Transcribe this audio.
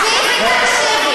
תשבי ותקשיבי.